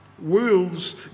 wolves